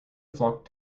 flock